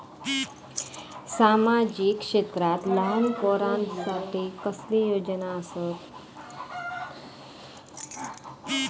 सामाजिक क्षेत्रांत लहान पोरानसाठी कसले योजना आसत?